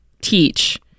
teach